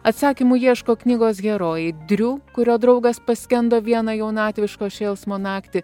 atsakymų ieško knygos herojai driu kurio draugas paskendo vieną jaunatviško šėlsmo naktį